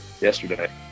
Yesterday